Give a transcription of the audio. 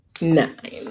nine